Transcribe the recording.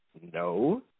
No